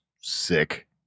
sick